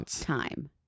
time